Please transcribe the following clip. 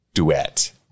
duet